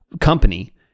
company